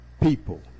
people